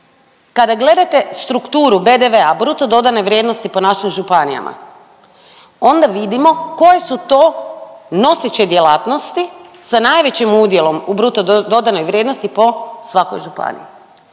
Kada gledate strukturu BDV-a bruto dodane vrijednosti po našim županijama onda vidimo koje su to noseće djelatnosti sa najvećim udjelom u bruto dodanoj vrijednosti po svakoj županiji.